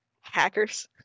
Hackers